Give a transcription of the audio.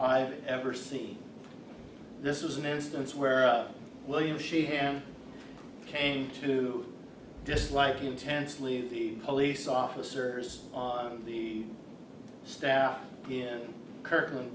i've ever seen this was an instance where william she ham came to dislike intensely the police officers on the staff in kirkland